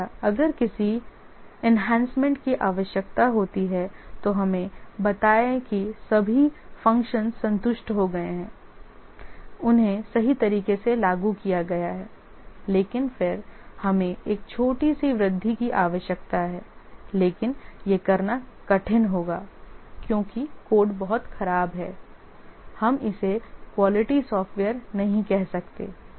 इसी तरह अगर किसी एनहैंसमेंट की आवश्यकता होती है तो हमें बताएं कि सभी फ़ंक्शंस संतुष्ट हो गए हैं उन्हें सही तरीके से लागू किया गया है लेकिन फिर हमें एक छोटी सी वृद्धि की आवश्यकता है लेकिन यह करना कठिन होगा क्योंकि कोड बहुत खराब है हम इसे क्वालिटी सॉफ़्टवेयर नहीं कह सकते